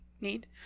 need